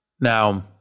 Now